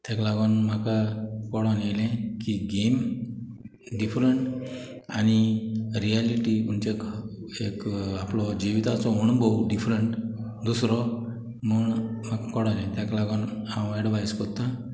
तेक लागोन म्हाका कोडोन येलें की गेम डिफरंट आनी रियेलिटी म्हुणजे एक आपलो जिविताचो अणभोव डिफरंट दुसरो म्हूण म्हाका कोडोन येलें तेका लागोन हांव एडवायज कोत्तां